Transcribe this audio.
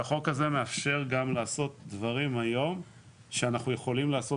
שהחוק הזה מאפשר גם לעשות דברים היום שאנחנו יכולים לעשות